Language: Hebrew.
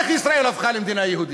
איך ישראל הפכה למדינה יהודית?